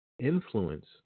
influence